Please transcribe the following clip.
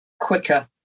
quicker